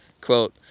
Quote